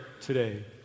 today